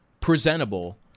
presentable